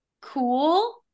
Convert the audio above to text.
cool